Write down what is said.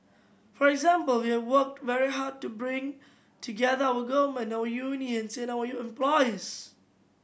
for example we have worked very hard to bring together our government our unions and our employers